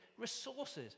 resources